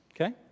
Okay